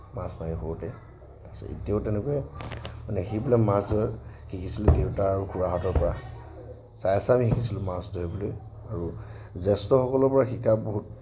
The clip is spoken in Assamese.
মাছ মাৰি সৰুতে তাৰপিছত এতিয়াও তেনেকুৱাই মানে সেইবিলাক মাছ ধৰা শিকিছিলোঁ দেউতা আৰু খুৰাহঁতৰ পৰা চাই চাই আমি শিকিছিলোঁ মাছ ধৰিবলৈ আৰু জ্যেষ্ঠসকলৰ পৰা শিকা বহুত